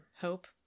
Hope